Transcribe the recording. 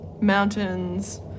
mountains